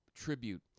tribute